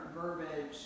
verbiage